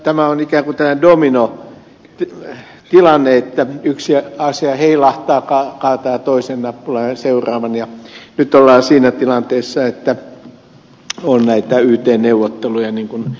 tämä on ikään kuin tämmöinen dominotilanne että yksi asia heilahtaa kaataa toisen nappulan ja seuraavan ja nyt ollaan siinä tilanteessa että on näitä yt neuvotteluja niin kuin ed